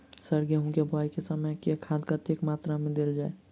Sir गेंहूँ केँ बोवाई केँ समय केँ खाद कतेक मात्रा मे देल जाएँ?